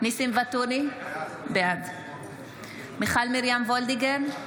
ניסים ואטורי, בעד מיכל מרים וולדיגר,